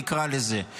נקרא לזה.